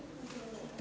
Hvala